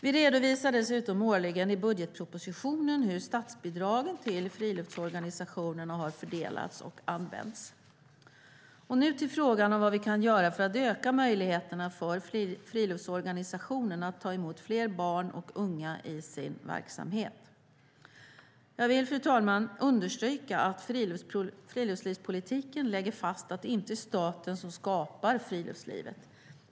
Vi redovisar dessutom årligen i budgetpropositionen hur statsbidragen till friluftsorganisationerna har fördelats och använts. Nu till frågan om vad vi kan göra för att öka möjligheterna för friluftsorganisationerna att ta emot fler barn och unga i sin verksamhet. Jag vill, fru talman, understryka att friluftslivspolitiken lägger fast att det inte är staten som skapar friluftslivet.